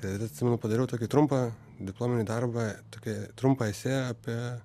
ir atsimenu padariau tokį trumpą diplominį darbą tokią trumpą esė apie